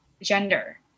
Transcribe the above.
gender